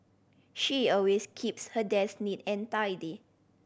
she always keeps her desk neat and tidy